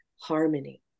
harmony